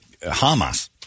Hamas